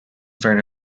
find